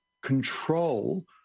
control